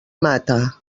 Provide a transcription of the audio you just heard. mata